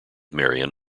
marion